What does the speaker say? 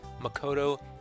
Makoto